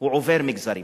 עובר מגזרים